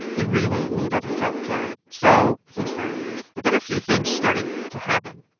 he really needed his health care, so he signed but then a few things started to happen.